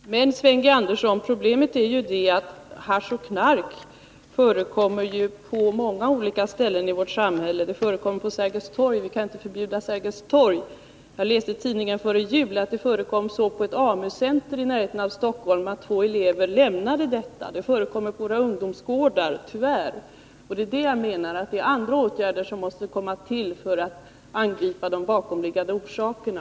Herr talman! Men, Sven G. Andersson, problemet är ju att hasch och annat knark förekommer på många olika ställen i vårt samhälle. Det förekommer på Sergels torg, och vi kan inte så att säga förbjuda Sergels torg. Jag läste i tidningen före jul att det förekommit knark på ett AMU-center i närheten av Stockholm och att två av eleverna lämnat AMU-centret. Det förekommer knark på våra ungdomsgårdar, tyvärr. Jag menar alltså att andra åtgärder måste till för att vi skall kunna angripa de bakomliggande orsakerna.